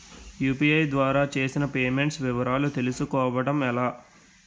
UPI ద్వారా చేసిన payments వివరాలు తెలుసుకోవటం ఎలా?